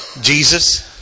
Jesus